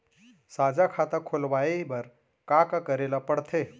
साझा खाता खोलवाये बर का का करे ल पढ़थे?